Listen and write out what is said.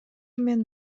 мен